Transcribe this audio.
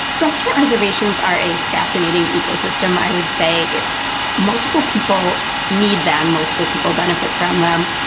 restaurant reservations are a fascinating ecosystem i would say multiple people need them. multiple people benefit from them.